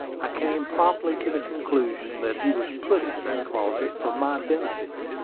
i came promptly to the conclusion that he was put into that closet for my benefit.